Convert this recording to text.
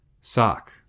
sock